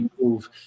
move